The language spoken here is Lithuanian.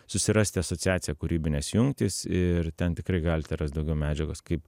susirasti asociaciją kūrybinės jungtys ir ten tikrai galite rast daugiau medžiagos kaip